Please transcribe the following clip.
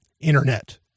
internet